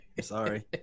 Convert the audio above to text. sorry